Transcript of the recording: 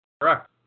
Correct